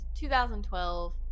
2012